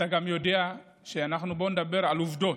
אתה גם יודע שאנחנו, בוא נדבר על עובדות.